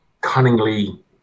cunningly